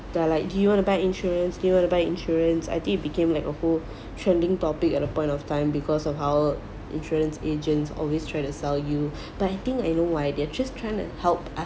that are like do you want to buy insurance do you want to buy insurance until it became like a whole trending topic at a point of time because of how insurance agent always try to sell you but I think I know why they're just trying to help us